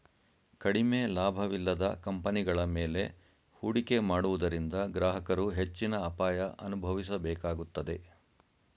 ಕಡಿಮೆ ಲಾಭವಿಲ್ಲದ ಕಂಪನಿಗಳ ಮೇಲೆ ಹೂಡಿಕೆ ಮಾಡುವುದರಿಂದ ಗ್ರಾಹಕರು ಹೆಚ್ಚಿನ ಅಪಾಯ ಅನುಭವಿಸಬೇಕಾಗುತ್ತದೆ